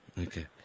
Okay